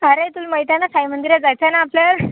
अरे तुला माहीत आहे ना साईमंदिरात जायचं आहे ना आपल्यास